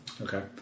Okay